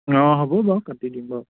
অঁ হ'ব বাৰু কাটি দিম বাৰু